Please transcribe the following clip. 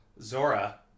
Zora